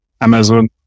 Amazon